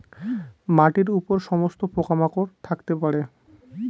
মাটির উপর সমস্ত পোকা মাকড় থাকতে পারে